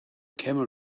camel